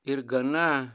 ir gana